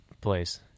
place